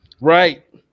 Right